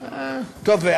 טוב.